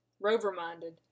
Rover-minded